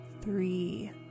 three